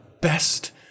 best